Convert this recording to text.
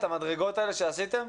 את המדרגות האלה שעשיתם?